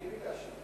אני ביקשתי.